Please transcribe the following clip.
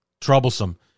troublesome